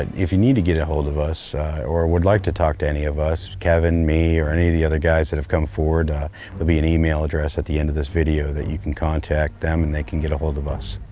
if you need to get ahold of us or would like to talk to any of us, kevin, me or any of the other guys that have come forward there'll be an email address at the end of this video that you can contact them and they can get ahold of us.